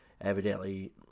evidently